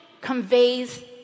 conveys